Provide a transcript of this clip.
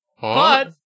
But-